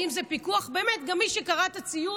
האם זה פיקוח מי שקרא את הציוץ,